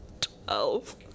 Twelve